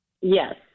Yes